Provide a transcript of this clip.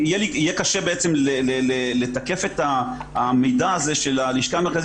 יהיה קשה לתקף את המידע הזה של הלשכה המרכזית